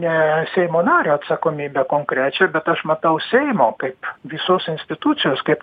ne seimo nario atsakomybę konkrečią bet aš matau seimo kaip visos institucijos kaip